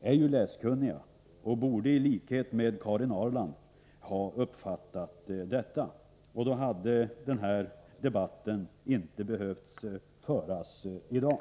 är ju läskunniga och borde i likhet med Karin Ahrland ha uppfattat detta. Då hade denna debatt inte behövt föras i dag.